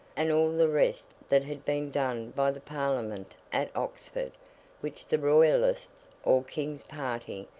and all the rest that had been done by the parliament at oxford which the royalists, or king's party,